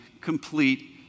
complete